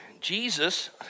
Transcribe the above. Jesus